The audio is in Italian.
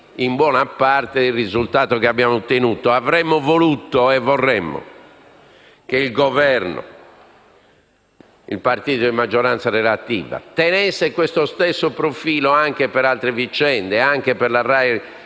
in buona parte del risultato che abbiamo ottenuto. Avremmo voluto e vorremmo che il Governo e il partito di maggioranza relativa tenessero questo stesso profilo anche per altre vicende e anche per la RAI